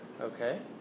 Okay